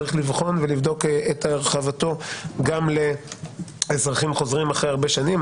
צריך לבחון ולבדוק את הרחבתו גם לאזרחים חוזרים אחרי הרבה שנים.